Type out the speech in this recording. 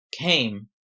came